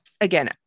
Again